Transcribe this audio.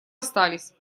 остались